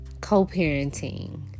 co-parenting